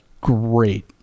great